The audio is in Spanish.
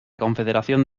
confederación